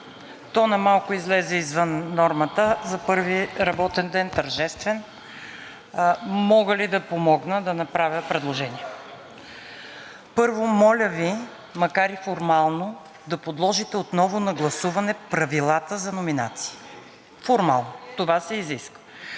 тонът малко излезе извън нормата за първи работен ден – тържествен, мога ли да помогна – да направя предложение. Първо, моля Ви, макар и формално, да подложите отново на гласуване правилата за номинации. Формално това се изисква.